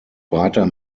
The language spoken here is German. breiter